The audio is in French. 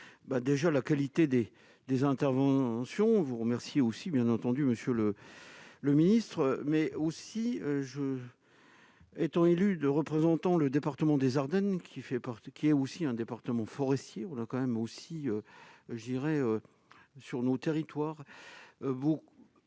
déjà la qualité des des interventions vous remercie aussi bien entendu monsieur le. Le ministre mais aussi je étant élus de représentant le département des Ardennes qui fait porte qui est aussi un département forestier, on a quand même aussi, je dirais sur nos territoires, l'attachement